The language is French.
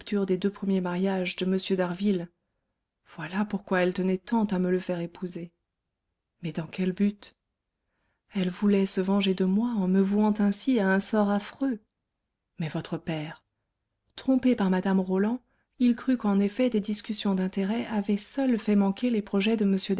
des deux premiers mariages de m d'harville voilà pourquoi elle tenait tant à me le faire épouser mais dans quel but elle voulait se venger de moi en me vouant ainsi à un sort affreux mais votre père trompé par mme roland il crut qu'en effet des discussions d'intérêt avaient seules fait manquer les projets de